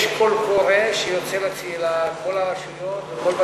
יש קול קורא שיוצא לכל הרשויות ולכל בתי-הספר.